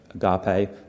Agape